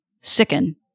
sicken